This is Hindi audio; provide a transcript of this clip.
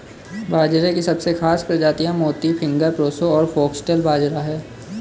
बाजरे की सबसे खास प्रजातियाँ मोती, फिंगर, प्रोसो और फोक्सटेल बाजरा है